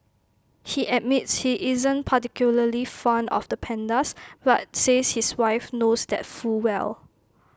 he admits he isn't particularly fond of the pandas but says his wife knows that full well